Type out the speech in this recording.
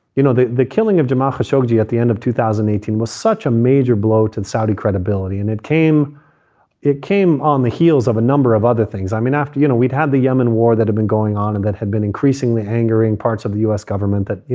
you know, the the killing of dematha shoji at the end of two thousand and eighteen was such a major blow to the saudi credibility. and it came it came on the heels of a number of other things. i mean, after, you know, we'd had the yemen war that had been going on and that had been increasingly angering parts of the u s. government that, you